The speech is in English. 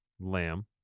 lamb